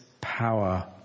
power